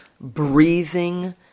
breathing